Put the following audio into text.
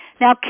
Now